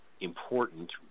important